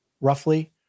roughly